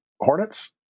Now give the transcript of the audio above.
hornets